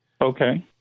Okay